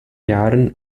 jahren